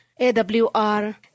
AWR